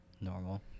normal